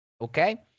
Okay